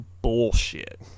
bullshit